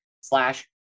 slash